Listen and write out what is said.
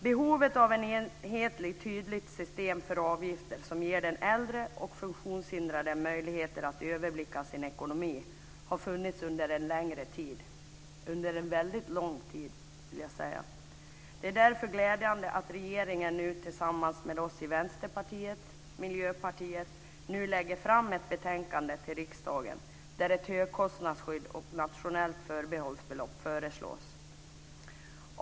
Behovet av ett enhetligt och tydligt system för avgifter som ger den äldre och funktionshindrade möjlighet att överblicka sin ekonomi har funnits under en väldigt lång tid. Det är därför glädjande att regeringen nu tillsammans med oss i Vänsterpartiet och Miljöpartiet lägger fram ett betänkande till riksdagen där ett högkostnadsskydd och ett nationellt förbehållsbelopp föreslås.